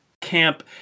camp